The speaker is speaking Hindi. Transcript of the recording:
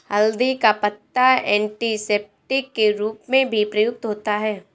हल्दी का पत्ता एंटीसेप्टिक के रूप में भी प्रयुक्त होता है